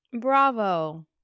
Bravo